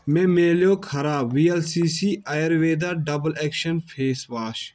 مےٚ مِلٮ۪و خراب وی اٮ۪ل سی سی Ayurveda double action face wash